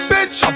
Bitch